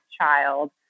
child